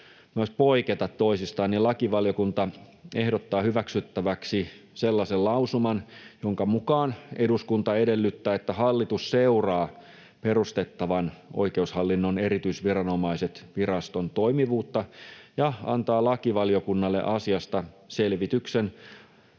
poiketa toisistaan, niin lakivaliokunta ehdottaa hyväksyttäväksi sellaisen lausuman, jonka mukaan: ”Eduskunta edellyttää, että hallitus seuraa perustettavan Oikeushallinnon erityisviranomaiset ‑viraston toimivuutta ja antaa lakivaliokunnalle asiasta selvityksen